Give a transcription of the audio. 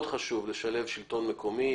מאוד חשוב לשלב שלטון מקומי.